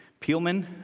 Peelman